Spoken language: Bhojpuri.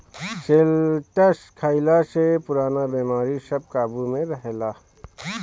शैलटस खइला से पुरान बेमारी सब काबु में रहेला